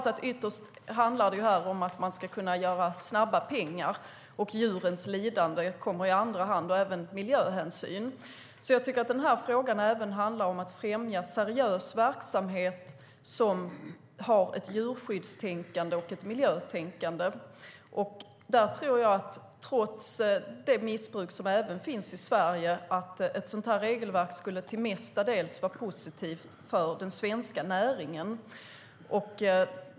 Ytterst handlar det förstås om att kunna göra snabba pengar medan djurens lidande, och även miljöhänsyn, kommer i andra hand. Den här frågan handlar också om att främja seriös verksamhet där det finns ett djurskydds och miljötänkande. Trots det missbruk som finns även i Sverige tror jag att ett sådant regelverk till stor del vore positivt för den svenska näringen.